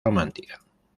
romántica